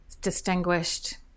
distinguished